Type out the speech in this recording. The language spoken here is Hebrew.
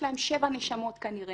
יש להם שבע נשמות כנראה,